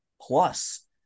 plus